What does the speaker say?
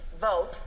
vote